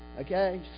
Okay